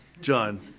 John